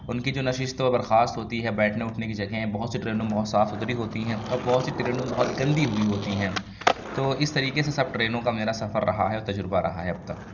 ان کی جو نشست و برخاست ہوتی ہے بیٹھنے اٹھنے کی جگہیں بہت سی ٹرینوں میں بہت صاف ستھری ہوتی ہیں اور بہت سی ٹرینوں میں بہت گندی ہوئی ہوتی ہیں تو اس طریقے سے سب ٹرینوں کا میرا سفر رہا ہے اور تجربہ رہا ہے اب تک